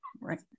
right